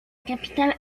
capitale